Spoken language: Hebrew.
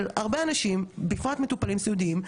המדיניות הייתה עמומה מראש,